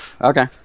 Okay